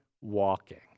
walking